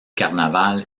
carnaval